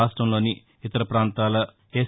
రాష్టంలోని ఇతర ప్రాంతాల ఎస్